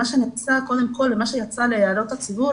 מה שיצא להערות הציבור